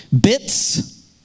Bits